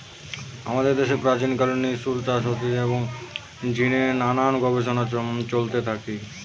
আমাদের দ্যাশে প্রাচীন কাল নু সিল্ক চাষ হতিছে এবং এর জিনে নানান গবেষণা চলতে থাকি